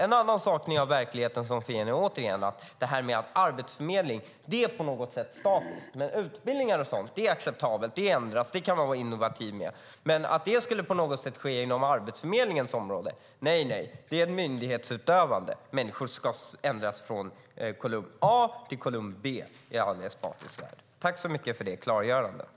En annan fråga där ni har verkligheten som fiende är detta att arbetsförmedling på något sätt är statiskt. Det är acceptabelt att utbildningar ändras - där kan man vara innovativ - men inte att det på något sätt skulle ske inom Arbetsförmedlingens område. Nej, nej, det är myndighetsutövande. Människor ska flyttas från kolumn A till kolumn B i Ali Esbatis värld. Tack så mycket för klargörandet!